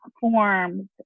forms